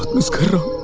this girl